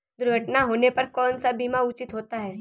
दुर्घटना होने पर कौन सा बीमा उचित होता है?